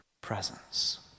presence